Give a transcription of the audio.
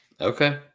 Okay